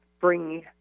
bring